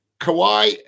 Kawhi